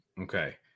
Okay